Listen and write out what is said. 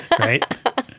right